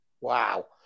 wow